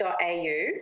AU